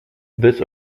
this